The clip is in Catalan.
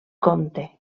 compte